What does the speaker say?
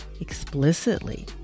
explicitly